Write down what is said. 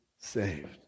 saved